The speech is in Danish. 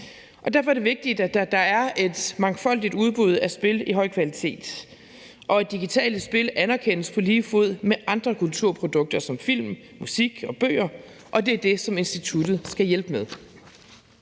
og derfor er det vigtigt, at der er et mangfoldigt udbud af spil i høj kvalitet, og at digitale spil anerkendes på lige fod med andre kulturprodukter som film musik og bøger. Det er det, som instituttet skal hjælpe med.